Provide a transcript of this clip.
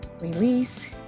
release